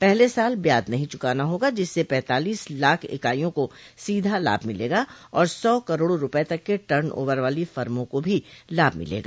पहले साल ब्याज नहीं चुकाना होगा जिससे पैंतालीस लाख इकाइयों को सीधा लाभ मिलेगा और सौ करोड़ रूपये तक के टर्न ओवर वाली फर्मो को भी लाभ मिलेगा